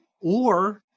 or-